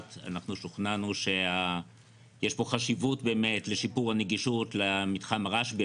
אנחנו שוכנענו שיש פה חשיבות לשיפור הנגישות למתחם הרשב"י.